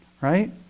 right